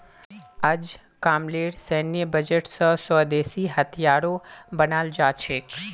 अजकामलेर सैन्य बजट स स्वदेशी हथियारो बनाल जा छेक